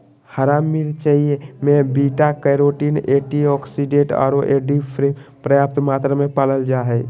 हरा मिरचाय में बीटा कैरोटीन, एंटीऑक्सीडेंट आरो एंडोर्फिन पर्याप्त मात्रा में पाल जा हइ